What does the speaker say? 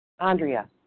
Andrea